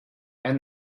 and